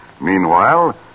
Meanwhile